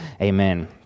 amen